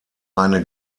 eine